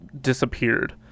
disappeared